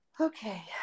Okay